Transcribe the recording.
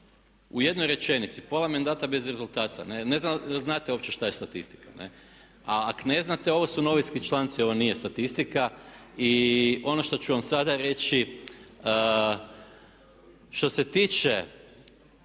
u jednoj rečenici, pola mandata bez rezultata. Ne znam jel' znate uopće što je statistika? A ako ne znate ovo su novinski članci, ovo nije statistika. Ono što ću vam sada reći, što se tiče,